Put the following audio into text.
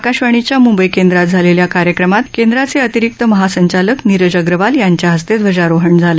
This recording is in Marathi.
आकाशवाणीच्या मुंबई केंद्रात झालेल्या कार्यक्रमात केंद्राचे अतिरिक्त महासंचालक नीरज अग्रवाल यांच्या हस्ते ध्वजारोहण झालं